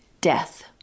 death